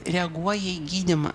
reaguoja į gydymą